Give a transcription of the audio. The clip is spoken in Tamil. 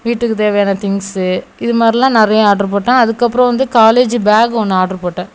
வீட்டுக்கு தேவையான திங்ஸ்ஸு இதுமாதிரிலாம் நிறைய ஆட்ரு போட்டேன் அதுக்கப்புறம் வந்து காலேஜ்ஜி பேக் ஒன்று ஆட்ரு போட்டேன்